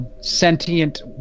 sentient